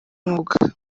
mwuga